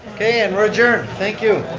and we're adjourned, thank you.